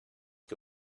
que